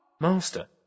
Master